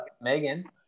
Megan